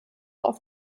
auf